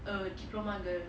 err diploma girl